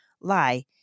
lie